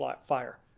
Fire